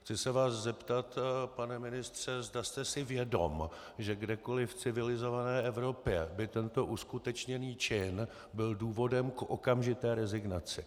Chci se vás zeptat, pane ministře, zda jste si vědom, že kdekoliv v civilizované Evropě by tento uskutečněný čin byl důvodem k okamžité rezignaci.